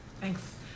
Thanks